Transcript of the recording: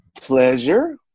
pleasure